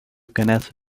cannot